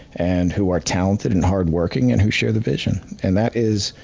and who are talented and hard working and who share the vision. and that is,